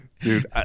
Dude